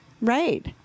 Right